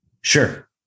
Sure